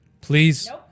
Please